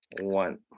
one